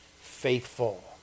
faithful